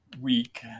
week